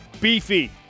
beefy